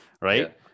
right